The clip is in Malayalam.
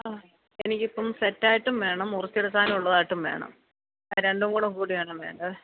ആ എനിക്കിപ്പോള് സെറ്റായിട്ടും വേണം മുറിച്ചെടുക്കാനുള്ളതായിട്ടും വേണം രണ്ടും കൂടെ കൂട്ടിയാണ് വേണ്ടത്